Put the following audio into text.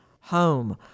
home